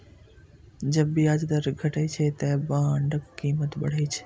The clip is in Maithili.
जब ब्याज दर घटै छै, ते बांडक कीमत बढ़ै छै